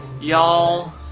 y'all